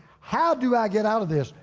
how do i get out of this?